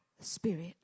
spirit